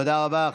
תודה רבה.